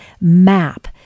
MAP